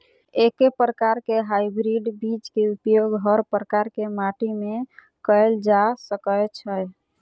एके प्रकार केँ हाइब्रिड बीज केँ उपयोग हर प्रकार केँ माटि मे कैल जा सकय छै?